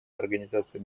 организации